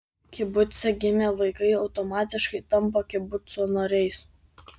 kibuce gimę vaikai automatiškai tampa kibuco nariais